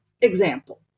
example